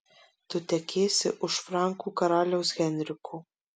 tu tekėsi už frankų karaliaus henriko